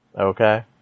Okay